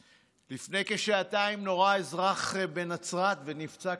לפני כשעתיים נורה אזרח בנצרת ונפצע קשה מאוד.